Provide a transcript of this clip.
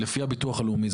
לפי הביטוח הלאומי.